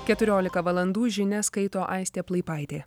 keturiolika valandų žinias skaito aistė plaipaitė